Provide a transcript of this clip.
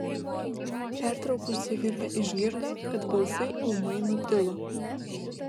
pertraukusi virvę išgirdo kad balsai ūmai nutilo